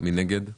מי נגד?